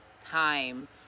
time